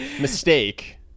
mistake